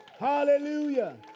Hallelujah